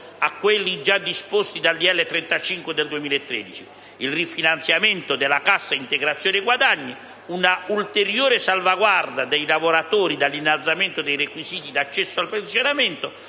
a quelli già disposti dal disegno di legge n. 35 del 2013, il rifinanziamento della cassa integrazione guadagni, un'ulteriore salvaguardia dei lavoratori dall'innalzamento dei requisiti d'accesso al pensionamento,